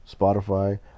Spotify